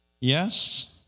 yes